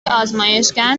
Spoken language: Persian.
آزمایشگر